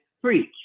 preach